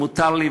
אם מותר לי,